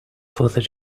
further